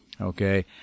Okay